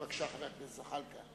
בבקשה, חבר הכנסת זחאלקה.